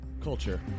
Culture